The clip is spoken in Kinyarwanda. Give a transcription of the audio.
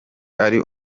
ari